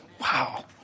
Wow